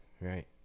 right